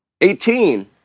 Eighteen